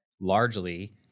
largely